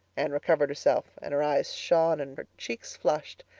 anne recovered herself and her eyes shone and her cheeks flushed.